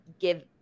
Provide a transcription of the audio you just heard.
give